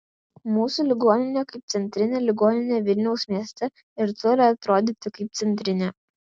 mūsų ligoninė kaip centrinė ligoninė vilniaus mieste ir turi atrodyti kaip centrinė